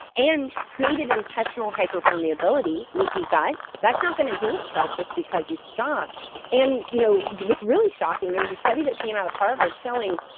and created intestinal hyperpermeability, leaky gut. that's not going to heal itself just because because you stop and, you know, what's really shocking, there was a study that came out of harvard showing,